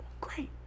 great